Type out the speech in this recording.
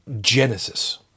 genesis